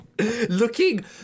Looking